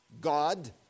God